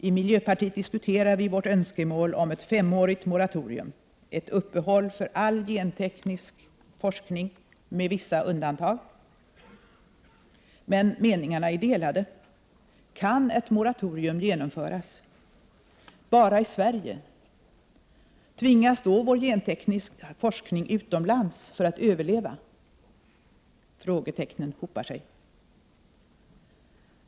I miljöpartiet diskuterar vi vårt önskemål om ett femårigt moratorium -— ett uppehåll för all genteknisk forskning med vissa undantag — men meningarna är delade. Kan ett moratorium genomföras? Bara i Sverige? Tvingas då vår gentekniska forskning utomlands för att överleva? Frågetecknen hopar sig.